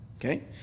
Okay